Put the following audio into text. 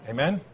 Amen